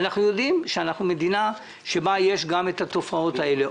אנחנו יודעים שאנחנו מדינה שבה יש גם את התופעות האלה.